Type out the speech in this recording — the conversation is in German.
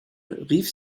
rief